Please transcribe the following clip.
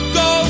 go